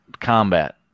combat